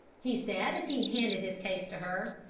he said as he handed his case to her.